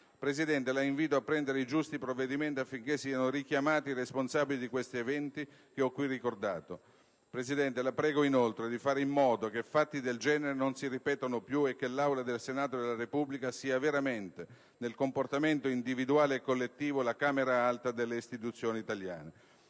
Presidente, la invito a prendere i giusti provvedimenti affinché siano richiamati i responsabili degli eventi che ho qui ricordato. La prego inoltre di fare in modo che fatti del genere non si ripetano più e che l'Aula del Senato della Repubblica sia veramente, nel comportamento individuale e collettivo, la Camera alta delle istituzioni italiane.